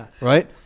right